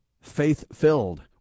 faith-filled